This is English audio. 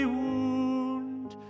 wound